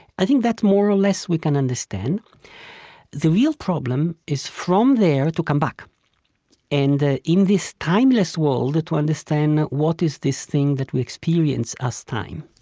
i think, that, more or less, we can understand the real problem is, from there, to come back and, in this timeless world, to understand what is this thing that we experience as time.